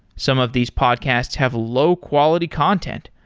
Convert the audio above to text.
some of these podcasts have low-quality content.